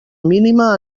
mínima